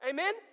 Amen